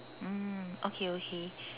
mm okay okay